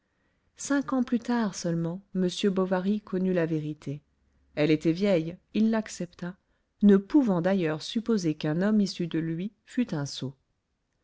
cinq ans plus tard seulement m bovary connut la vérité elle était vieille il l'accepta ne pouvant d'ailleurs supposer qu'un homme issu de lui fût un sot